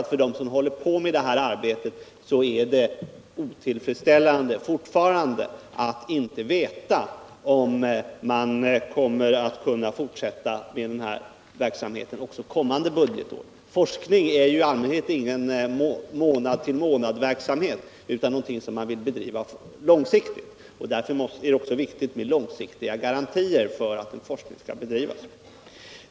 För dem som håller på med detta arbete är det självfallet otillfredsställande att de ännu inte vet om de kommer att kunna fortsätta med verksamheten under kommande budgetår. Forskning är ju i allmänhet ingen månad-till-månad-verksamhet utan någonting som man vill bedriva långsiktigt. Därför är det också viktigt med långsiktiga garantier för att en forskning kan bedrivas.